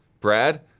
Brad